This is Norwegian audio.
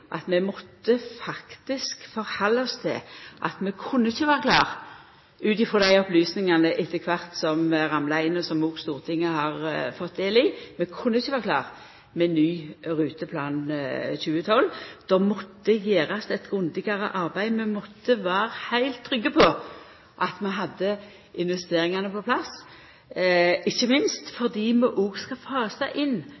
at vi faktisk måtte halda oss til at vi ikkje kunne vera klare ut frå dei opplysningane som etter kvart ramla inn, og som òg Stortinget har fått del i. Vi kunne ikkje vera klare med ny ruteplan 2012. Det måtte gjerast eit grundigare arbeid. Vi måtte vera heilt trygge på at vi hadde investeringane på plass, ikkje minst